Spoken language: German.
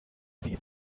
wie